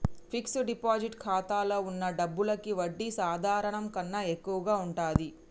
fixed deposit ఖాతాలో వున్న డబ్బులకి వడ్డీ సాధారణం కన్నా ఎక్కువగా ఉంటది